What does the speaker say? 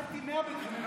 קיבלתי 100 בקרימינולוגיה.